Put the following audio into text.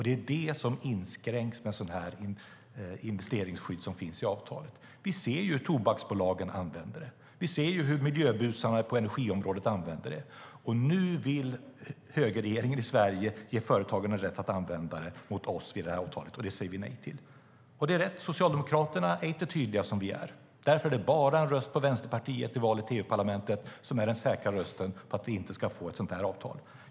Det är det som inskränks med sådana investeringsskydd som finns i avtalet. Vi ser hur tobaksbolagen använder det. Vi ser hur miljöbusarna på energiområdet använder det. Nu vill högerregeringen i Sverige ge företagen rätt att använda det mot oss genom det här avtalet, och det säger vi nej till. Det är rätt - Socialdemokraterna är inte tydliga, som vi är. Därför är det bara en röst på Vänsterpartiet i valet till EU-parlamentet som är en säker röst på att vi inte ska få ett sådant här avtal.